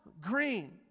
green